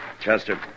Chester